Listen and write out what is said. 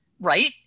right